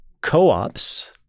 co-ops